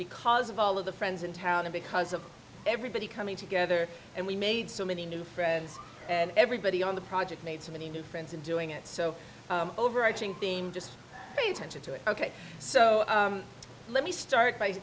because of all of the friends in town because of everybody coming together and we made so many new friends and everybody on the project made so many new friends and doing it so overarching theme just pay attention to it ok so let me start by